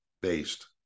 based